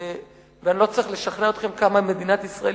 ואני לא צריך לשכנע אתכם כמה מדינת ישראל